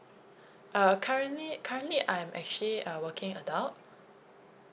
uh currently currently I'm actually a working adult